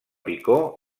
picor